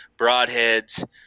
broadheads